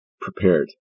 prepared